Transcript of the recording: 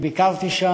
אני ביקרתי שם,